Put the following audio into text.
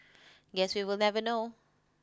guess we will never know